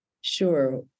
Sure